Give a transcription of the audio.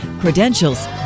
credentials